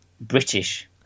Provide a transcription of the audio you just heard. British